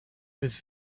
was